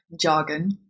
jargon